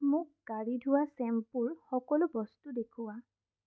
মোক গাড়ী ধোৱা শ্বেম্পুৰ সকলো বস্তু দেখুওৱা